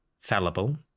fallible